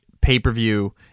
pay-per-view